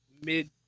mid